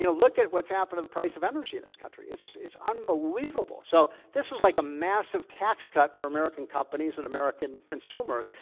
you know look at what's happened to the price of energy in this country. it's it's unbelievable. so this is like a massive tax cut for american companies and american consumers.